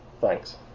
Thanks